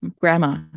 grandma